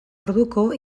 orduko